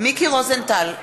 מיקי רוזנטל,